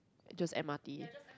just M R T